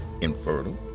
infertile